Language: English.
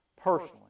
personally